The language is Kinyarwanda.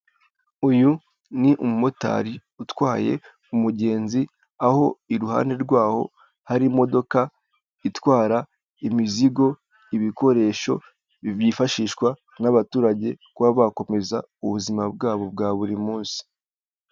Uyu ni umumotari utwaye umugenzi aho iruhande rwaho hari imodoka itwara imizigo, ibikoresho, byifashishwa n'abaturage kuba bakomeza ubuzima bwabo bwa buri munsi.